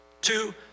Two